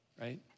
Right